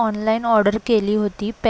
अकरा बारा